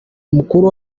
umukuru